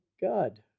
God